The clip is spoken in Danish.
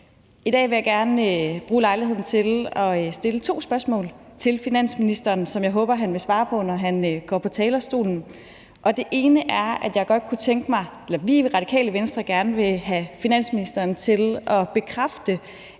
I dag vil jeg gerne bruge lejligheden til at stille to spørgsmål til finansministeren, som jeg håber han vil svare på, når han går på talerstolen. Det ene er, at vi i Radikale Venstre gerne vil have finansministeren til at bekræfte,